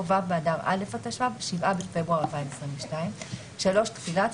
"ו' באדר א' התשפ"ב (7 בפברואר 2022)". תחילה3.